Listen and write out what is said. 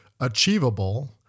achievable